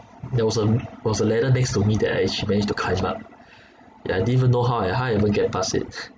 there was a was a ladder next to me that I actually managed to climb up yeah I didn't even know how I how I even get past it